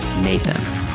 Nathan